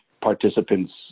participant's